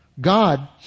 God